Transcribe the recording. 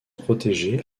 protégé